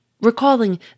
Recalling